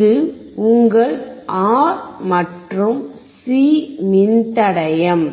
இது உங்கள் ஆர் மற்றும் சி மின்தடையம்